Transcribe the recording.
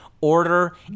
order